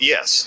Yes